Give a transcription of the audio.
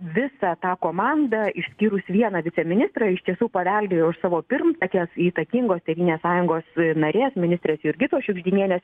visą tą komandą išskyrus vieną viceministrą iš tiesų paveldėjo iš savo pirmtakės įtakingos tėvynės sąjungos narės ministrės jurgitos šiugždinienės